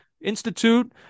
institute